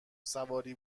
سواری